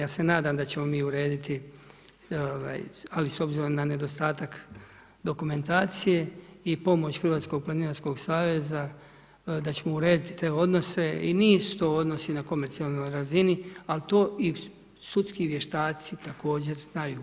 Ja se nadam da ćemo mi urediti, ali s obzirom na nedostatak dokumentacije i pomoć Hrvatskog planinarskog saveza, da ćemo urediti unose i nisu to odnos na komercijalnoj razini, a to i sudskih vještaci također znaju.